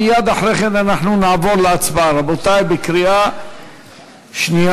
מייד לאחר מכן נעבור להצבעה, רבותי, בקריאה שנייה